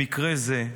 במקרה זה,